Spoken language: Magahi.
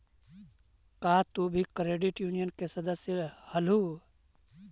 का तुम भी क्रेडिट यूनियन के सदस्य हलहुं?